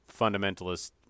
fundamentalist